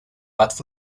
but